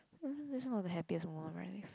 not the happiest moment of my life